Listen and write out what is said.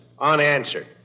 unanswered